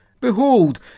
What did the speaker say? Behold